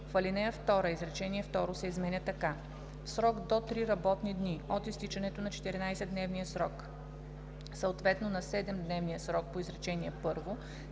в ал. 2 изречение второ се изменя така: „В срок до три работни дни от изтичането на 14-дневния срок, съответно на 7 дневния срок по изречение